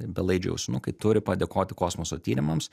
belaidžiai ausinukai turi padėkoti kosmoso tyrimams